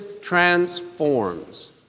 transforms